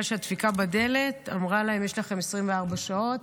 שהדפיקה בדלת אמרה להם: יש לכם 24 שעות.